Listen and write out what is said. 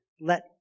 Let